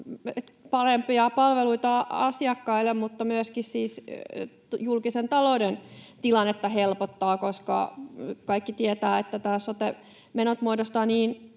parempia palveluita asiakkaille mutta myöskin helpottavat julkisen talouden tilannetta. Kaikki tietävät, että nämä sote-menot muodostavat niin